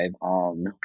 on